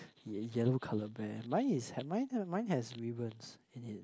ye~ yellow colour bear mine is have mine have mine has ribbons in it